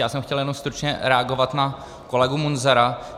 Já jsem chtěl jenom stručně reagovat na kolegu Munzara.